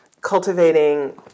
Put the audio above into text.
cultivating